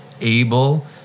able